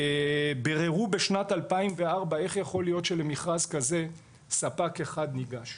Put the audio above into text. ביררו בשנת 2004 איך יכול להיות שלמכרז כזה ספק אחד ניגש.